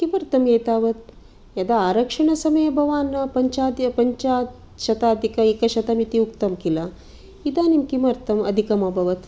किमर्थम् एतावत् यदा आरक्षण समये भवान् पञ्चशताधिक एकशतम् इति उक्तं किल इदानीं किमर्थम् अधिकम् अभवत्